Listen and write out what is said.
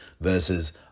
versus